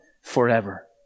forever